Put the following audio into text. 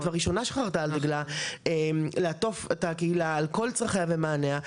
והראשונה שחרטה על דגלה לעטוף את הקהילה על כל צרכיה ומעניה,